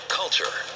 culture